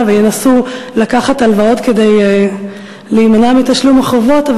וינסו לקחת הלוואות כדי להימנע מתשלום החובות.